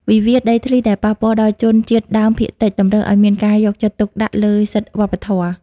វិវាទដីធ្លីដែលប៉ះពាល់ដល់ជនជាតិដើមភាគតិច តម្រូវឱ្យមានការយកចិត្តទុកដាក់លើសិទ្ធិវប្បធម៌។